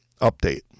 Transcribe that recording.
update